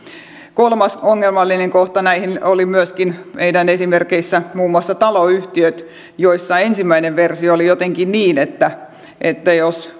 kolmas ongelmallinen kohta oli myöskin meidän esimerkeissämme muun muassa taloyhtiöt ensimmäinen versio oli jotenkin niin että että jos